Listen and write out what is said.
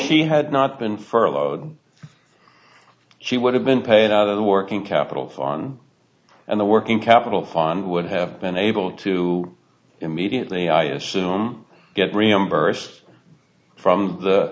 why he had not been furloughed she would have been paid out of the working capital fund and the working capital fund would have been able to immediately i assume get reimbursed from the